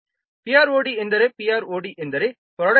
PROD ಎಂದರೆ PROD ಎಂದರೆ ಪ್ರೋಡಕ್ಟಿವಿಟಿಯನ್ನು ಸೂಚಿಸುತ್ತದೆ